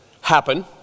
happen